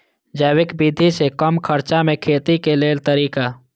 जैविक विधि से कम खर्चा में खेती के लेल तरीका?